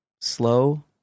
slow